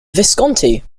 visconti